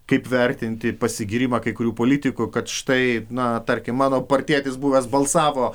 kaip vertinti pasigyrimą kai kurių politikų kad štai na tarkim mano partietis buvęs balsavo